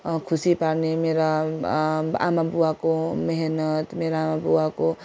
खुसी पार्ने मेरा आमाबुबाको मिहिनेत मेरा आमाबुबाको